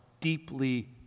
deeply